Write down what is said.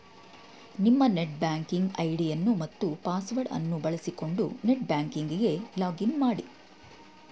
ನಿಮ್ಮ net banking ಐಡಿಯನ್ನು ಮತ್ತು ಪಾಸ್ವರ್ಡ್ ಅನ್ನು ಬಳಸಿಕೊಂಡು ನೆಟ್ ಬ್ಯಾಂಕಿಂಗ್ ಗೆ ಲಾಗ್ ಇನ್ ಮಾಡಿ